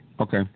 Okay